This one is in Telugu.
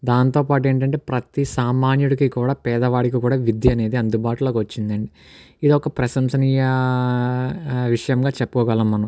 దాంతో పాటు ఏంటంటే ప్రతి సామాన్యుడుకి కూడా పేదవాడికి కూడా విద్య అనేది అందుబాటులోకి వచ్చిందండి ఇది ఒక ప్రశంసనీయా విషయంగా చెప్పుకోగలం మనం